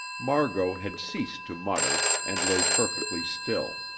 margot had ceased to mutter, and lay perfectly still.